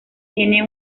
tiene